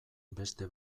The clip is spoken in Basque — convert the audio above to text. beste